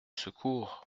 secours